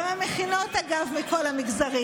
גם המכינות, אגב, מכל המגזרים.